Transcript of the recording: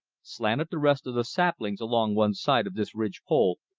slanted the rest of the saplings along one side of this ridge pole,